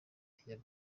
yabwiye